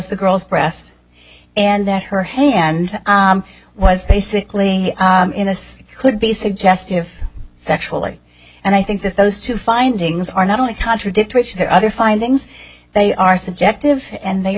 the girl's breast and that her hand was basically in a state could be suggestive sexually and i think that those two findings are not only contradict which there are other findings they are subjective and they are